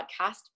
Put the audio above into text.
podcast